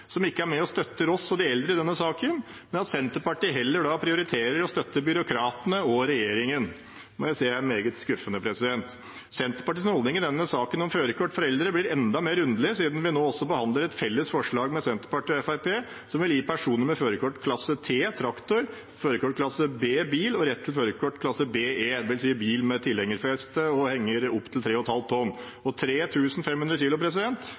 som ikke er med og støtter oss og de eldre i denne saken, men heller prioriterer å støtte byråkratene og regjeringen. Det må jeg si er meget skuffende. Senterpartiets holdning i denne saken om førerkort for eldre blir enda mer underlig siden vi nå også behandler et felles forslag fra Senterpartiet og Fremskrittspartiet som ville ha gitt personer med førerkort klasse T traktor og førerkort klasse B bil rett til førerkort klasse BE – det vil si bil med tilhengerfeste og henger opptil 3,5 tonn. 3 500 kilo, det er mye, og